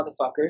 motherfuckers